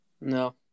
No